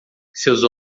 seus